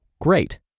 great